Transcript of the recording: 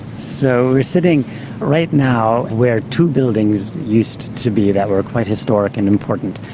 so, we're sitting right now where two buildings used to be that were quite historic and important.